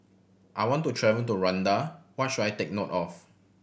I want to travel to Rwanda what should I take note of